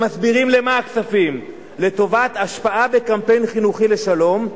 הם מסבירים למה הכספים: "לטובת השפעה בקמפיין חינוכי לשלום.